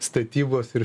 statybos ir